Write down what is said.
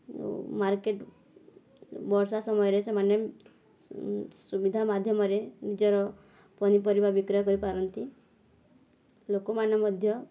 ଯେଉଁ ମାର୍କେଟ ବର୍ଷା ସମୟରେ ସେମାନେ ସୁ ସୁବିଧା ମାଧ୍ୟମରେ ନିଜର ପନିପରିବା ବିକ୍ରୟ କରିପାରନ୍ତି ଲୋକମାନେ ମଧ୍ୟ